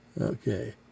okay